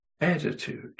Attitude